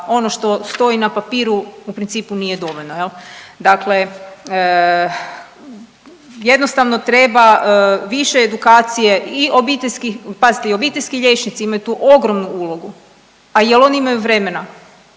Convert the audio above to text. ono što stoji na papiru u principu nije dovoljno. Dakle, jednostavno treba više edukacije i obiteljskih, pazite i obiteljski liječnici imaju tu ogromnu ulogu. A jel oni imaju vremena?